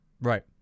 Right